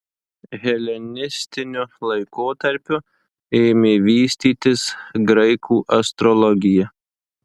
helenistiniu laikotarpiu ėmė vystytis graikų astrologija